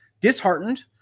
disheartened